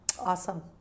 Awesome